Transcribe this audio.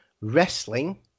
wrestling